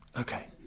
ok.